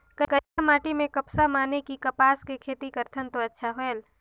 करिया माटी म कपसा माने कि कपास के खेती करथन तो अच्छा होयल?